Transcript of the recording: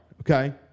Okay